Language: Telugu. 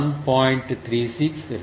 36 రేడియన్